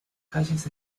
calles